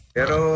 Pero